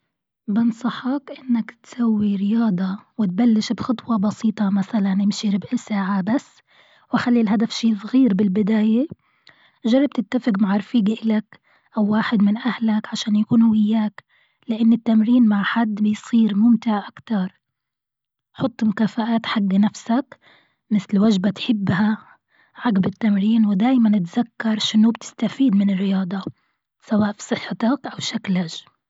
بنصحك إنك تسوي رياضة وتبلش بخطوة بسيطة مثلا امشي ربع ساعة بس وخلي الهدف شيء صغير بالبداية، جرب تتفق مع رفيق لك أو واحد من أهلك عشان يكونوا وياك، لأن التمرين مع حد بيصير ممتع أكتر، حط مكافآت حق نفسك مثل وجبة تحبها عقب التمرين ودايما اتذكر شنو بتستفيد من الرياضة، سواء بصحتك أو بشكلك.